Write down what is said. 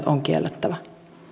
on kiellettävä